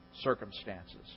circumstances